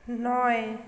নয়